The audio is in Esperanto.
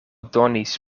donis